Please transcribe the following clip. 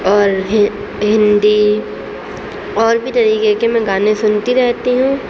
اور ہن ہندی اور بھی طریقے کے میں گانے سنتی رہتی ہوں